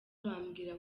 bambwira